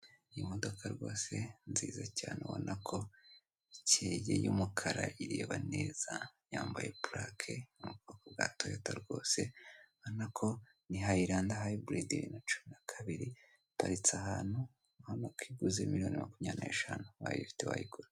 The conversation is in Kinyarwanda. Iyi modoka rwose nziza cyane ubona ko ikeye y'umukara imeze neza yambaye purake mu bwoko bwa toyota rwose ubona ko ni hayiranda hayiburidi bibiri na cumi na kabiri, iparitse ahantu ubona ko igura miliyoni makumyabiri n'eshanu ubaye uyafite wayigura.